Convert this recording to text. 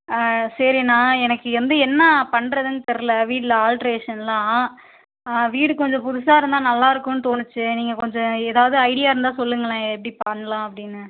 ஆ சரிண்ணா எனக்கு வந்து என்ன பண்ணுறதுன்னு தெரில வீடுல ஆல்ட்ரேஷன்லாம் வீடு கொஞ்சம் புதுசாக இருந்தால் நல்லா இருக்குன்னு தோணுச்சு நீங்கள் கொஞ்சம் ஏதாவது ஐடியா இருந்தால் சொல்லுங்களேன் எப்படி பண்ணலாம் அப்படின்னு